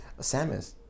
Samus